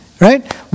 right